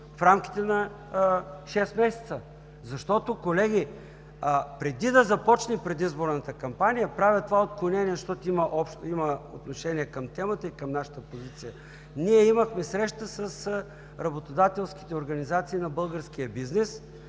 в рамките на шест месеца. Защото, колеги, преди да започне предизборната кампания – правя това отклонение, защото има отношение към темата и към нашата позиция, ние имахме среща с работодателските организации на българския бизнес